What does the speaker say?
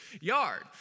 yard